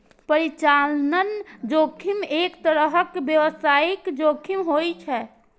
परिचालन जोखिम एक तरहक व्यावसायिक जोखिम होइ छै